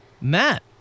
Matt